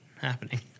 happening